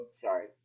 Sorry